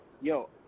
yo